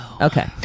Okay